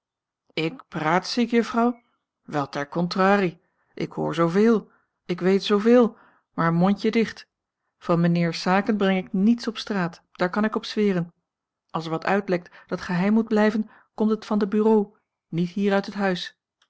ik praatziek juffrouw wel ter contrarie ik hoor zooveel ik weet zooveel maar mondje dicht van mijnheers zaken breng ik niets op straat daar kan ik op zweren als er wat uitlekt dat geheim moet blijven komt het van de bureaux niet hier uit het huis